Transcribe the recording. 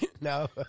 No